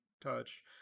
touch